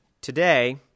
today